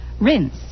Rinse